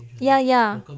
ya ya